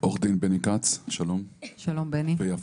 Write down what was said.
עו"ד בני כץ, שלום, ויפה.